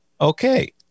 okay